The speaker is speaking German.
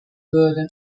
würde